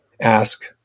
Ask